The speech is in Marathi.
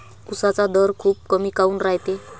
उसाचा दर खूप कमी काऊन रायते?